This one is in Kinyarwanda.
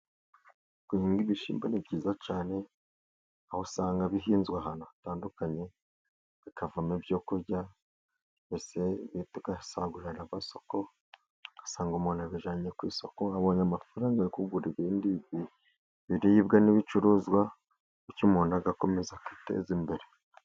Guhinga ibishyimbo ni byiza cyane aho usanga bihinzwe ahantu hatandukanye bikavamo ibyo kurya tugasagurira amasoko, ugasanga umuntu abijjyanye ku isoko abonye amafaranga yo kugura ibindi biribwa n'ibicuruzwa , bityo umuntu agakomeza akiteza imbere.